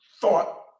thought